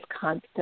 constant